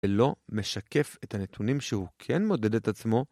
‫ולא משקף את הנתונים ‫שהוא כן מודד את עצמו.